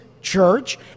church